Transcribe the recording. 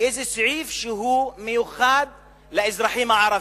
איזה סעיף שהוא מיוחד לאזרחים הערבים,